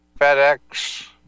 FedEx